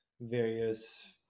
various